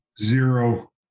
Zero